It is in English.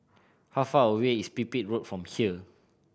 how far away is Pipit Road from here